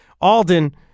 Alden